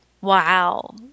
wow